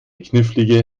knifflige